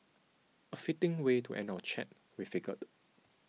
a fitting way to end our chat we figured